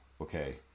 okay